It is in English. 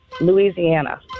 Louisiana